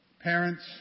parents